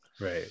Right